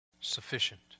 sufficient